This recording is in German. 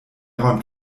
räumt